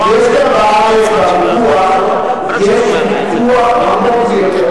יש כאן בארץ ויכוח עמוק ביותר,